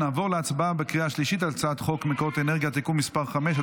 נעבור להצבעה בקריאה השלישית על הצעת חוק מקורות אנרגיה (תיקון מס' 5),